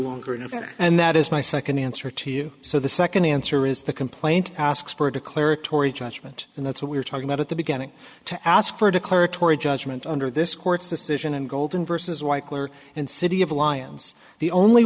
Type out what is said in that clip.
longer an event and that is my second answer to you so the second answer is the complaint asks for a declaratory judgment and that's what we're talking about at the beginning to ask for declaratory judgment under this court's decision and golden versus white collar and city of alliance the only